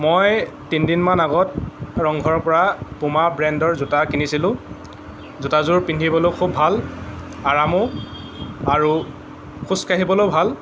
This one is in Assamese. মই তিনিদিনমান আগত ৰংঘৰৰ পৰা পুমা ব্ৰেণ্ডৰ জোতা কিনিছিলোঁ জোতাযোৰ পিন্ধিবলৈ খুব ভাল আৰামো আৰু খোজ কাঢ়িবলৈও ভাল